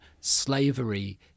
slavery